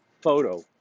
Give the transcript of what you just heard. photo